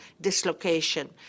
dislocation